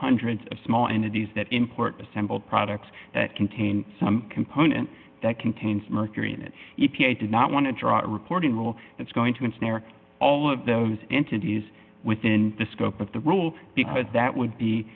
hundreds of small and of these that import assembled products that contain some component that contains mercury in it e p a did not want to draw reporting will that's going to ensnare all of those entities within the scope of the role because that would be